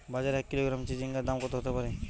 বাজারে এক কিলোগ্রাম চিচিঙ্গার দাম কত হতে পারে?